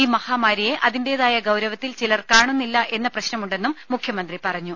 ഈ മഹാമാരിയെ അതിന്റേതായ ഗൌരവത്തിൽ ചിലർ കാണുന്നില്ല എന്ന പ്രശ്നമുണ്ടെന്നും മുഖ്യമന്ത്രി പറഞ്ഞു